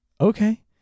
okay